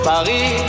Paris